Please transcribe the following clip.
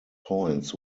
points